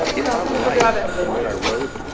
if i'm right in what i wrote,